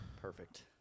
Perfect